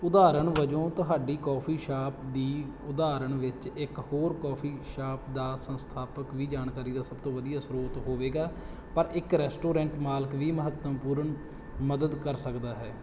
ਉਦਾਹਰਣ ਵਜੋਂ ਤੁਹਾਡੀ ਕੌਫੀ ਸ਼ਾਪ ਦੀ ਉਦਾਹਰਣ ਵਿੱਚ ਇੱਕ ਹੋਰ ਕੌਫੀ ਸ਼ਾਪ ਦਾ ਸੰਸਥਾਪਕ ਵੀ ਜਾਣਕਾਰੀ ਦਾ ਸਭ ਤੋਂ ਵਧੀਆ ਸਰੋਤ ਹੋਵੇਗਾ ਪਰ ਇੱਕ ਰੈਸਟੋਰੈਂਟ ਮਾਲਕ ਵੀ ਮਹੱਤਵਪੂਰਨ ਮਦਦ ਕਰ ਸਕਦਾ ਹੈ